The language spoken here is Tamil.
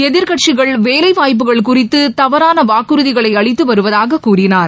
எதிர்க்கட்சிகள் வேலை வாய்ப்புகள் குறித்து தவறான வாக்குறதிகளை அளித்து வருவதாகக் கூறினார்